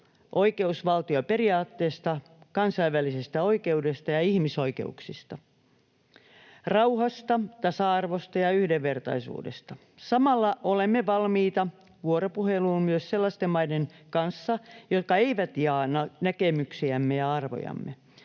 oikeusvaltioperiaatteesta, kansainvälisestä oikeudesta ja ihmisoikeuksista, rauhasta, tasa-arvosta ja yhdenvertaisuudesta. Samalla olemme valmiita vuoropuheluun myös sellaisten maiden kanssa, jotka eivät jaa näkemyksiämme ja arvojamme.